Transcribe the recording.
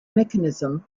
mechanism